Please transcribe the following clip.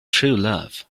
truelove